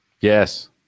Yes